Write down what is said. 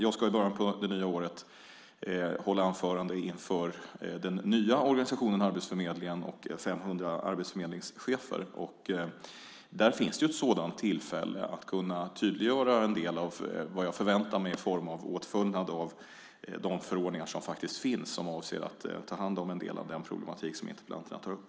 Jag ska i början av det nya året hålla anförande inför den nya organisationen Arbetsförmedlingen och 500 arbetsförmedlingschefer. Där finns ett tillfälle att kunna tydliggöra en del av vad jag förväntar mig i form av efterlevnad av de förordningar som faktiskt finns och som avser att ta hand om en del av den problematik som interpellanterna tar upp.